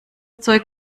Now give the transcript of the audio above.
zeug